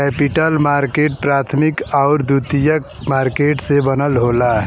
capital market प्राथमिक आउर द्वितीयक मार्केट से बनल होला